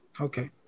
Okay